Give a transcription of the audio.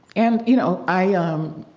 and, you know, i ah um,